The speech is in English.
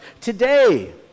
Today